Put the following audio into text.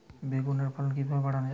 বেগুনের ফলন কিভাবে বাড়ানো যায়?